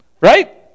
Right